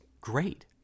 great